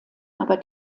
aber